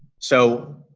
so,